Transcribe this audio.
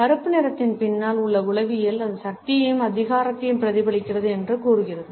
கருப்பு நிறத்தின் பின்னால் உள்ள உளவியல் அது சக்தியையும் அதிகாரத்தையும் பிரதிபலிக்கிறது என்று கூறுகிறது